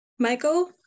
Michael